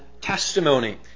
testimony